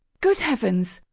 good heavens-how?